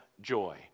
joy